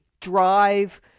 drive